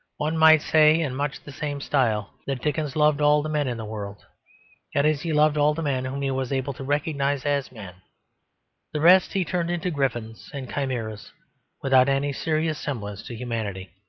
one might say in much the same style that dickens loved all the men in the world that is he loved all the men whom he was able to recognise as men the rest he turned into griffins and chimeras without any serious semblance to humanity.